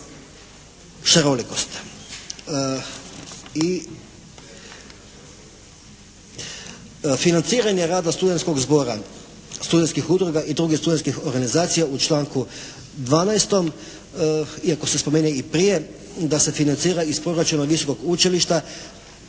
šarolikost. I financiranje rada studentskog zbora, studentskih udruga i drugih studentskih organizacija u članku 12. Iako se spominje i prije, da se financira iz proračuna Visokog učilišta